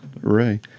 Ray